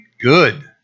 good